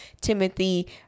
Timothy